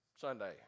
Sunday